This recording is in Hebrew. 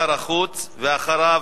ואחריו,